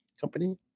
company